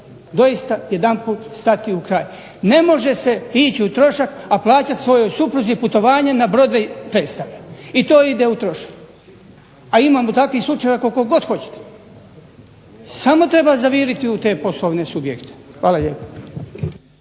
doista jedanput stati u kraj. Ne može se ići u trošak a plaćati svojoj supruzi putovanje na Broadway predstave. I to ide u trošak, a imamo takvih slučajeva koliko god hoćete. Samo treba zaviriti u te poslovne subjekte. Hvala lijepa.